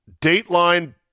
Dateline